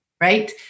right